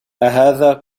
أهذا